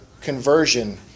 conversion